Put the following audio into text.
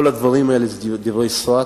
כל הדברים האלה זה דברי סרק,